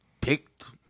picked